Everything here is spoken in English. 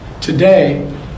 Today